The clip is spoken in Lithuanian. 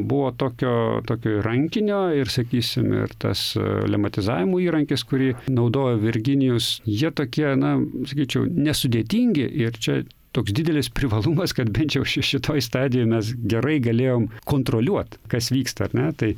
buvo tokio tokio rankinio ir sakysim ir tas lematizavimo įrankis kurį naudojo virginijus jie tokie na sakyčiau nesudėtingi ir čia toks didelis privalumas kad bent jau ši šitoj stadijoj mes gerai galėjom kontroliuot kas vyksta ar ne tai